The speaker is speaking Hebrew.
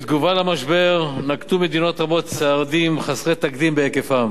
בתגובה על המשבר נקטו מדינות רבות צעדים חסרי תקדים בהיקפם